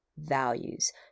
values